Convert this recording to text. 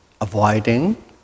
Avoiding